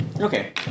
Okay